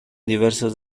diversos